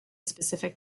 specific